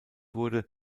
wurde